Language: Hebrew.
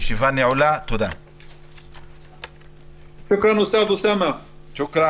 הישיבה ננעלה בשעה 13:51.